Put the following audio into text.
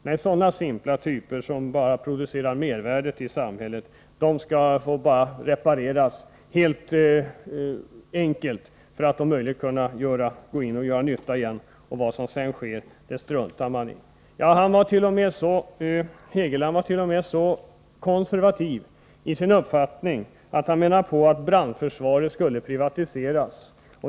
Nej, sådana simpla typer, som bara producerar mervärdet i samhället, får bara repareras litet enkelt för att om möjligt kunna gå in och göra nytta igen. Vad som sedan sker struntar man i. Hugo Hegeland var så konservativ att han menade att brandförsvaret borde privatiseras.